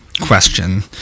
question